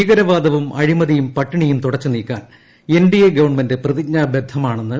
ഭീകരവാദവും അഴിമതിയും പട്ടിണിയും തുടച്ചുനീക്കാൻ ഗവൺമെന്റ് പ്രതിജ്ഞാബദ്ധമാണെന്ന് എൻ